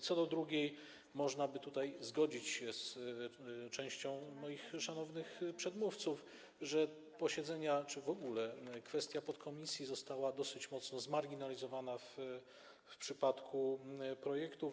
Co do drugiej, to można by tutaj zgodzić się z częścią moich szanownych przedmówców, że kwestia posiedzeń czy w ogóle kwestia podkomisji została dosyć mocno zmarginalizowana w przypadku projektów.